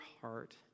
heart